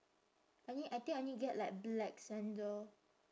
I need I think I need get like black sandal